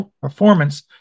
performance